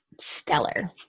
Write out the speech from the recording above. stellar